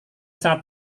sangat